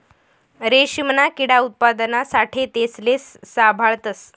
रेशीमना किडा उत्पादना साठे तेसले साभाळतस